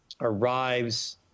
arrives